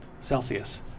Celsius